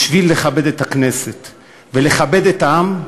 בשביל לכבד את הכנסת ולכבד את העם,